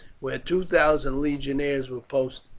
where two thousand legionaries were posted.